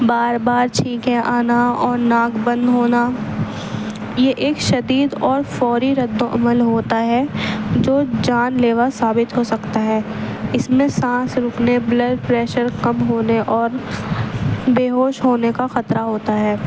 بار بار چھینکیں آنا اور ناک بند ہونا یہ ایک شدید اور فوری رد و عمل ہوتا ہے جو جان لیوا ثابت ہو سکتا ہے اس میں سانس رکنے بلڈ پریشر کم ہونے اور بے ہوش ہونے کا خطرہ ہوتا ہے